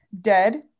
dead